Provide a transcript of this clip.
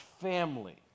family